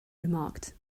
remarked